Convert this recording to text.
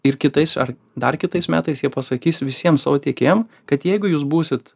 ir kitais ar dar kitais metais jie pasakys visiems savo tiekėjam kad jeigu jūs būsit